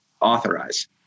authorize